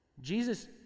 Jesus